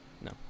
no